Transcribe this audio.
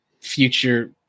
future